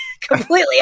completely